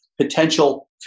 potential